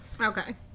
okay